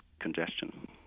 congestion